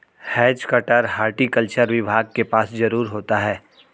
has cutter horticulture विभाग के पास जरूर होता है